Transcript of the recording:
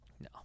No